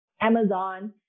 Amazon